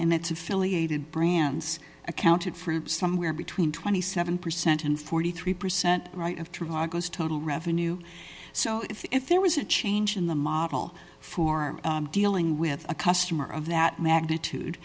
and its affiliated brands accounted for somewhere between twenty seven percent and forty three percent right of toronto's total revenue so if there was a change in the model for dealing with a customer of that magnitude